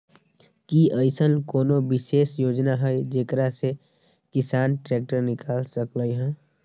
कि अईसन कोनो विशेष योजना हई जेकरा से किसान ट्रैक्टर निकाल सकलई ह?